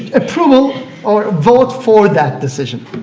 approval or vote for that decision.